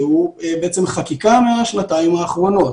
שהוא בעצם חקיקה מהשנתיים האחרונות.